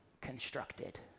constructed